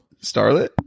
Starlet